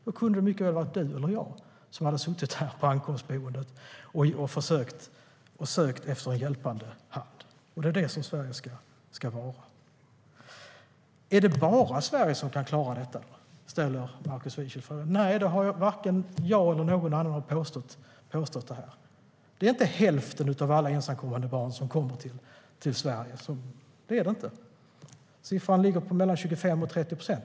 Då hade det mycket väl kunnat vara du eller jag som hade suttit på ankomstboendet och sökt en hjälpande hand. Och det är det som Sverige ska vara. Är det då bara Sverige som kan klara detta, undrar Markus Wiechel. Nej, det har varken jag eller någon annan påstått. Det är inte hälften av alla ensamkommande barn som kommer till Sverige. Siffran ligger på mellan 25 och 30 procent.